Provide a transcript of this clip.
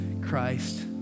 Christ